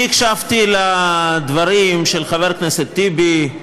אני הקשבתי לדברים של חבר הכנסת טיבי,